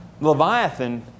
Leviathan